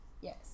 yes